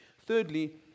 Thirdly